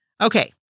Okay